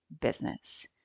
business